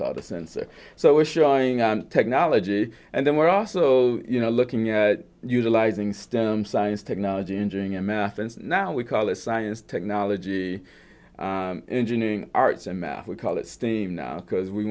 called the sensor so we're showing our technology and then we're also you know looking at utilizing stem science technology engineering and math and now we call it science technology engineering arts and math we call it steam because we